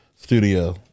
studio